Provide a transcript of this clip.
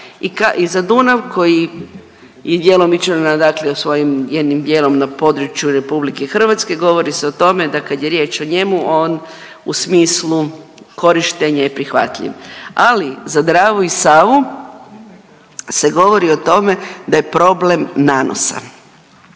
I za Dunav koji je djelomično dakle svojim jednim dijelom na području Republike Hrvatske govori se o tome da kad je riječ o njemu on u smislu korištenje je prihvatljiv. Ali za Dravu i Savu se govori o tome da je problem nanosa.